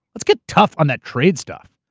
let's get tough on that trade stuff.